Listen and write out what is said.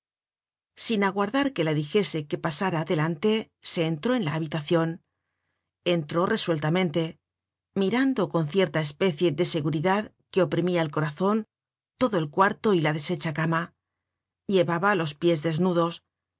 sin aguardar que la dijese que pasara adelante se entró en la habitacion entró resueltamente mirando con cierta especie de seguridad que oprimia el corazon todo el cuarto y la deshecha cama llevaba los pies desnudos